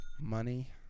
Money